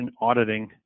auditing